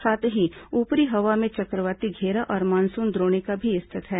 साथ ही ऊपरी हवा में चक्रवाती घेरा और मानसून द्रोणिका भी स्थित है